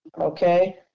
Okay